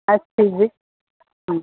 આજ સુધી હમ